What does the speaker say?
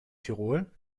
tirol